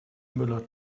müller